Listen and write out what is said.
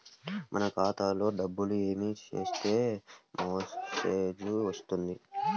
మన ఖాతాలో డబ్బులు ఏమి చేస్తే మెసేజ్ వస్తుంది?